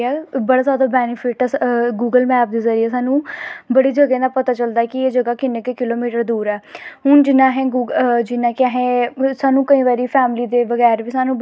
हून एह् ऐ जियां अपनां बच्चैं अपनां कल्चर जां बच्चैं साढ़े अग्गैं उनैं बच्चें गी बी जादा सा जादा अपनीं भाशा सखानें दी कोशिश करै उनें अपनैं कल्चर दै बारे च दस्सै